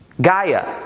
Gaia